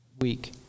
week